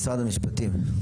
משרד המשפטים.